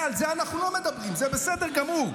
על זה אנחנו לא מדברים, זה בסדר גמור.